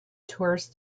tourist